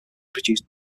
produced